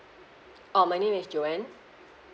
oh my name is joanne